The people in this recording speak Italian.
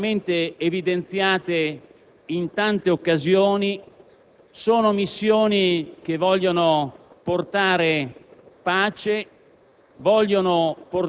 e più impegnative, devono trovare una grande consistenza e un grande supporto.